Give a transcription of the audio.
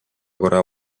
korea